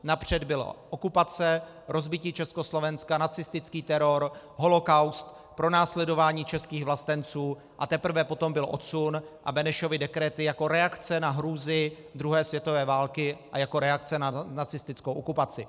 Napřed byla okupace, rozbití Československa, nacistický teror, holokaust, pronásledování českých vlastenců, a teprve potom byl odsun a Benešovy dekrety jako reakce na hrůzy druhé světové války a jako reakce na nacistickou okupaci.